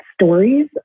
stories